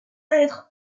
être